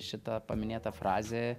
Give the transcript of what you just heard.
šita paminėta frazė